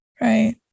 Right